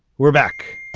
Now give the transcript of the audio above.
we're back.